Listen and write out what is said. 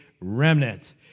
remnant